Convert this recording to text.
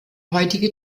heutige